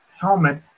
helmet